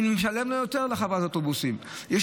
אני משלם לה, לחברת האוטובוסים, יותר.